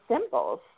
symbols